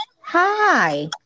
hi